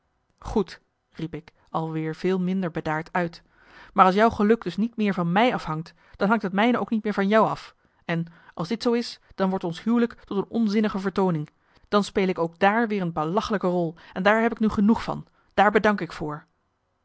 goed riep ik al weer veel minder bedaard uit maar als jou geluk dus niet meer van mij afhangt dan hangt het mijne ook niet meer van jou af en als dit zoo is dan wordt ons huwelijk tot een oonzinnige vertooning dan speel ik ook daar weer een belachelijke rol en daar heb ik nu genoeg van daar bedank ik voor